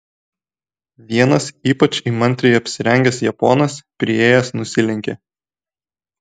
vienas ypač įmantriai apsirengęs japonas priėjęs nusilenkė